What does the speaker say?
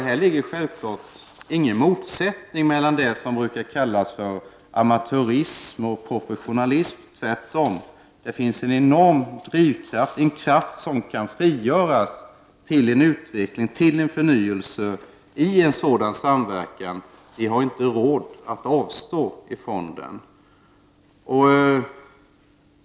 Här ligger självfallet ingen motsättning mellan det som brukar kallas amatörism och professionalism. Tvärtom finns en enorm drivkraft här som kan frigöras för en utveckling och förnyelse av en sådan samverkan. Vi har inte råd att avstå från den.